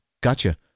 Gotcha